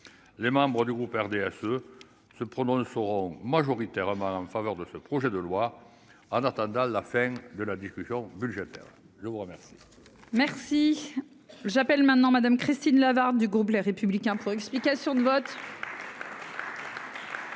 les membres du groupe RDSE se prononceront majoritairement en faveur de ce projet de loi en attendant la fin de la discussion budgétaire le remercie.